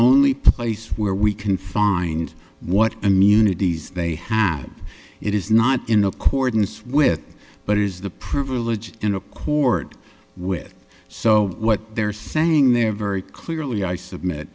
only place where we can find what i mean unities they have it is not in accordance with but it is the privilege in a court with so what they're saying they're very clearly i submit